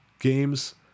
games